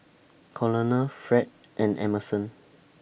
Colonel Fred and Emerson